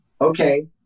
okay